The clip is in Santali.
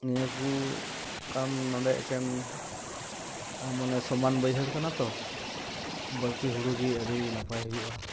ᱱᱤᱭᱟᱹ ᱠᱚ ᱠᱟᱱ ᱱᱚᱰᱮ ᱮᱠᱮᱱ ᱢᱟᱱᱮ ᱥᱚᱢᱟᱱ ᱵᱟᱹᱭᱦᱟᱹᱲ ᱠᱟᱱᱟ ᱛᱚ ᱵᱟᱹᱲᱛᱤ ᱦᱳᱲᱳᱜᱮ ᱟᱹᱰᱤ ᱱᱟᱯᱟᱭ ᱦᱩᱭᱩᱜᱼᱟ